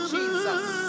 Jesus